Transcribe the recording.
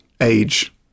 age